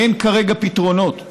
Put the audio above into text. אין כרגע פתרונות,